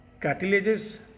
cartilages